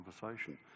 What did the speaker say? conversation